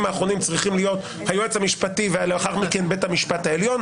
האחרונים צריכים להיות היועץ המשפטי ולאחר מכן בית המשפט העליון,